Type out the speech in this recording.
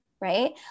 right